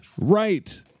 right